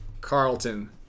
Carlton